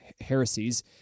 heresies